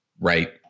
Right